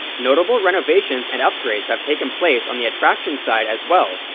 notable renovations and upgrades have taken place on the attractions side as well,